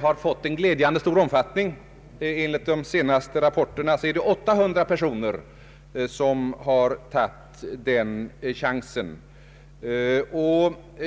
har fått en glädjande stor omfattning. Enligt de senaste rapporterna är det 800 personer som tagit chansen att skaffa sig denna utbildning.